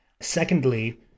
Secondly